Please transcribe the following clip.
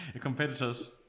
competitors